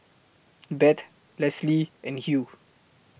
Bette Leslie and Hugh